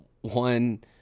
one